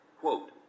Quote